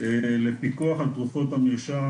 לפיקוח על תרופות המרשם,